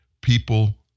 people